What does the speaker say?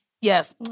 Yes